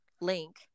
link